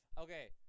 Okay